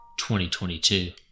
2022